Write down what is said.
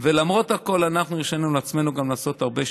ולמרות הכול אנחנו הרשינו לעצמנו גם לעשות הרבה שינויים,